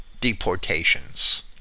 deportations